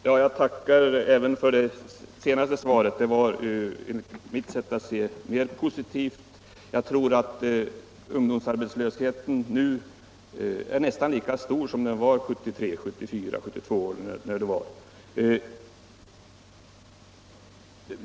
Herr talman! Jag tackar för detta senare svar; det var enligt mitt sätt att se mera positivt än det första. Ungdomsarbetslösheten är förmodligen nu nästan lika stor som den var 1972-1974.